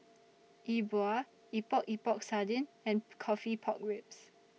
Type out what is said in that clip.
E Bua Epok Epok Sardin and Coffee Pork Ribs